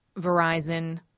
Verizon